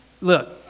look